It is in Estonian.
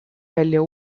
välja